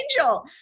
angel